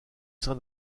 sein